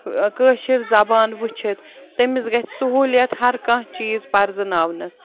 کٲشِر زبان وٕچھِتھ تٔمِس گژھِ سہوٗلِیت ہر کانٛہہ چیٖز پَرزٕناونَس